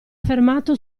fermato